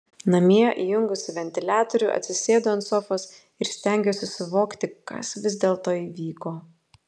namie įjungusi ventiliatorių atsisėdu ant sofos ir stengiuosi suvokti kas vis dėlto įvyko